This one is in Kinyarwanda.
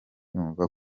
yumva